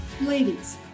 Ladies